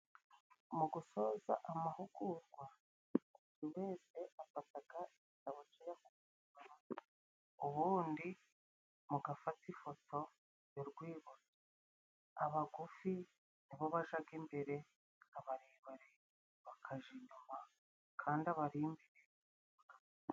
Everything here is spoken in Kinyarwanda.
Mu gusoza amahugugwa, buri wese afataga igitabo cye yahuriwemo, ubundi mugafata ifoto y'urwibutso. Abagufi ni bo bajaga imbere abarebare bakaja inyuma kandi abari imbere bagaca bugufi.